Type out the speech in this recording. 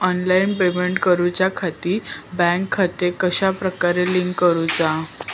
Online payment करुच्याखाती bank खाते कश्या प्रकारे लिंक करुचा?